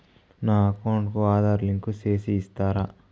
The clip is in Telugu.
నా అకౌంట్ కు ఆధార్ లింకు సేసి ఇస్తారా?